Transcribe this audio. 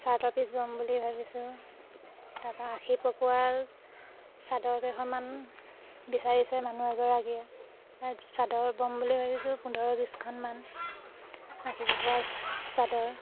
চাৰ্টৰ পিছ বম বুলি ভাবিছোঁ তাৰপা আশী পকুৱা চাদৰ কেইখনমান বিচাৰিছে মানুহ এগৰাকীয়ে চাদৰ বম বুলি ভাবিছোঁ পোন্ধৰ বিছখনমান আশী পকোৱা চাদৰ